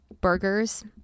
burgers